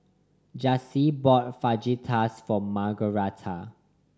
Jaycee bought Fajitas for Margaret